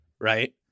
right